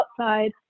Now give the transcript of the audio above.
outside